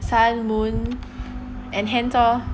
sun moon and hands lor